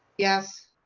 yes.